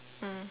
mm